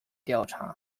调查